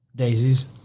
Daisies